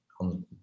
on